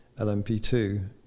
LMP2